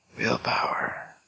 Willpower